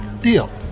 Deal